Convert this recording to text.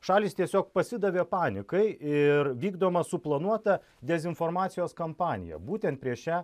šalys tiesiog pasidavė panikai ir vykdoma suplanuota dezinformacijos kampanija būtent prieš šią